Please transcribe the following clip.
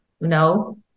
no